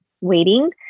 waiting